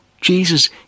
Jesus